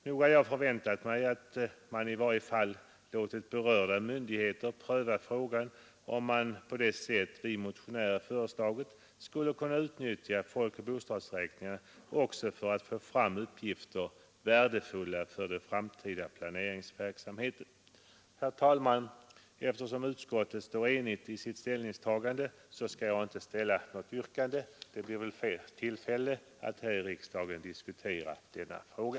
Nog hade jag förväntat mig att man i varje fall låtit berörda myndighet pröva frågan om man på det sätt vi motionärer föreslagit skulle kunna utnyttja folkoch bostadsräkningar också för att få fram uppgifter som är värdefulla för framtida planeringsverksamhet. Herr talman! Eftersom utskottet står enigt bakom sitt ställningstagande, skall jag inte ställa något yrkande. Det blir väl fler tillfällen att här i riksdagen diskutera denna fråga.